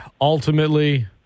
ultimately